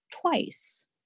twice